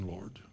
Lord